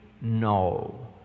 No